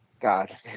God